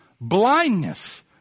blindness